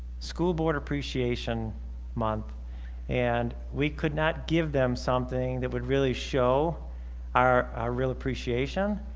school board appreciation month and we could not give them something that would really show our real appreciation,